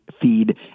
feed